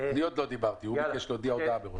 חבר הכנסת טיבי ביקש להודיע הודעה.